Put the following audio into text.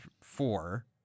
four